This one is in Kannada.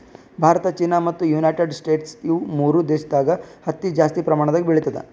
ಭಾರತ ಚೀನಾ ಮತ್ತ್ ಯುನೈಟೆಡ್ ಸ್ಟೇಟ್ಸ್ ಇವ್ ಮೂರ್ ದೇಶದಾಗ್ ಹತ್ತಿ ಜಾಸ್ತಿ ಪ್ರಮಾಣದಾಗ್ ಬೆಳಿತದ್